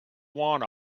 want